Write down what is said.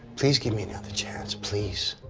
please give me another chance. please.